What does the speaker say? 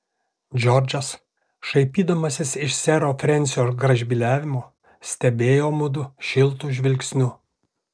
džordžas šaipydamasis iš sero frensio gražbyliavimo stebėjo mudu šiltu žvilgsniu